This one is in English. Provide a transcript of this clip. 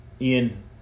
Ian